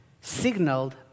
signaled